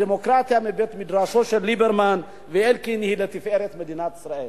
הדמוקרטיה מבית-המדרש של ליברמן ואלקין היא לתפארת מדינת ישראל.